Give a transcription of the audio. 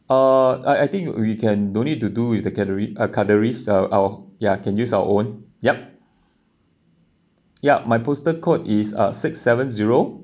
uh I I think we can don't need to do with the cutleries ah cutleries our our ya can use our own yup yup my postal code is uh six seven zero